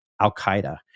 al-Qaeda